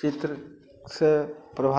चित्रसँ प्रभाव